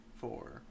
Four